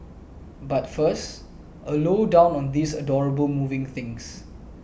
but first a low down on these adorable moving things